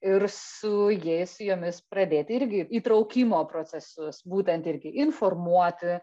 ir su jais su jomis pradėti irgi įtraukimo procesus būtent irgi informuoti